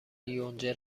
یونجه